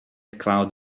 cloud